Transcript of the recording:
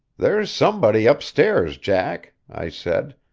there's somebody upstairs, jack, i said.